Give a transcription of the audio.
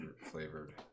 Flavored